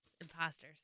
Imposters